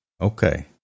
Okay